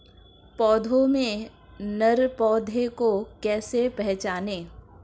पौधों में नर पौधे को कैसे पहचानें?